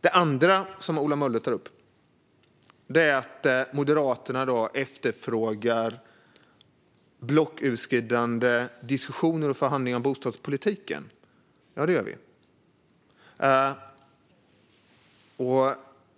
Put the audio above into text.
Det andra Ola Möller tog upp var att Moderaterna efterfrågar blocköverskridande diskussioner och förhandlingar om bostadspolitiken. Ja, det gör vi.